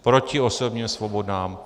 Proti osobním svobodám.